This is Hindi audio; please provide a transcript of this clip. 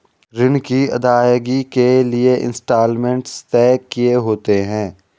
ऋण की अदायगी के लिए इंस्टॉलमेंट तय किए होते हैं